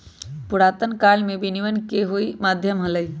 पुरातन काल में विनियम के कई माध्यम हलय